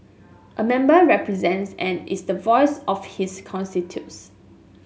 a member represents and is the voice of his constituents